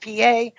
PA